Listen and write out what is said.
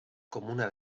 comuna